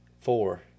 four